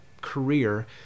career